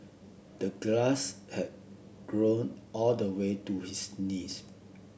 the grass had grown all the way to his knees